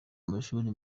amashuri